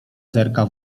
zerka